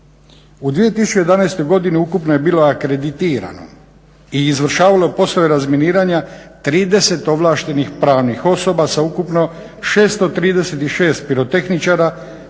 U 2011. godini ukupno je bilo akreditirano i izvršavalo poslove razminiranja 30 ovlaštenih pravnih osoba sa ukupno 636 pirotehničara,